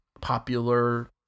popular